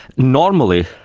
normally,